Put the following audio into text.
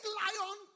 lion